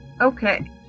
okay